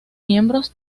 miembros